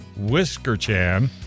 Whiskerchan